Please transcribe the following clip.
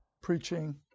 preaching